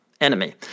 enemy